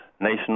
nation